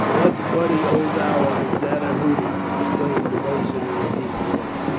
what buddy old owl is that a-hooting? exclaimed the boatswain, in a deep voice.